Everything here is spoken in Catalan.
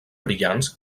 brillants